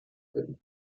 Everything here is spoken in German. bitten